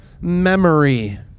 memory